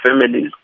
families